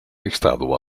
estado